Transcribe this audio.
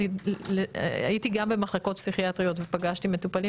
הייתי גם במחלקות פסיכיאטריות ופגשתי גם מטופלים